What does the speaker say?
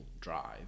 drive